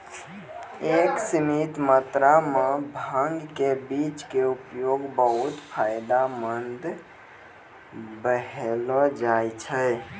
एक सीमित मात्रा मॅ भांग के बीज के उपयोग बहु्त फायदेमंद बतैलो जाय छै